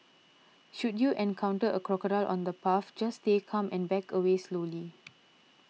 should you encounter a crocodile on the path just stay calm and back away slowly